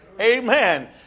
Amen